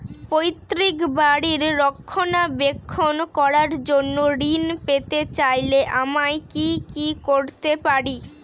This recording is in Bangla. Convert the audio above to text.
পৈত্রিক বাড়ির রক্ষণাবেক্ষণ করার জন্য ঋণ পেতে চাইলে আমায় কি কী করতে পারি?